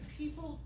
people